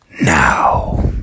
now